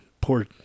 Poor